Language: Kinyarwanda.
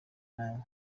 nawe